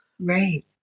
Right